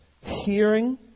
hearing